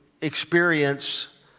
experience